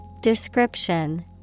Description